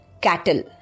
cattle